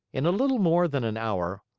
in a little more than an hour,